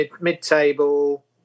mid-table